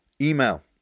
email